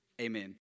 amen